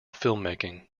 filmmaking